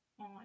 on